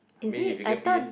I mean if you get P